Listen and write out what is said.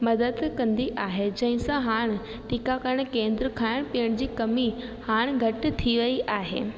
मदद कंदी आहे जंहिंसां हाणे टीकाकरण केंद्र खाइण पीअण जी कमी हाणे घटि थी वई आहे